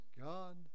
God